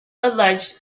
alleged